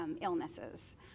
illnesses